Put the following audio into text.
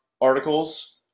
articles